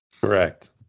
Correct